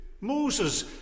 Moses